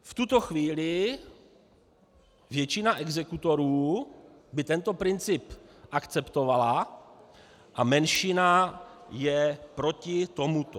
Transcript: V tuto chvíli by většina exekutorů tento princip akceptovala a menšina je proti tomuto.